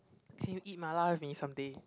can you eat mala with me someday